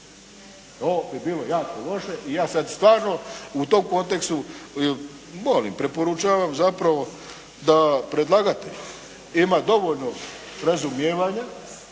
To bi bilo jako loše. I ja sad stvarno u tom kontekstu molim, preporučam zapravo da predlagatelj ima dovoljno razumijevanja.